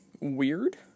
weird